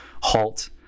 halt